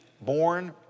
born